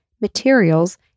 materials